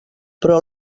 però